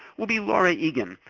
will be laura egan,